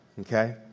okay